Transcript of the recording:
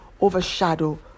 overshadow